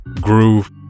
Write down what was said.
Groove